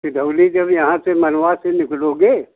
सिधौली जब यहाँ से मनवा से निकलोगे